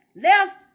left